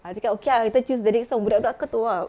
ah kita cakap okay ah kita choose the next song budak-budak kato~ ah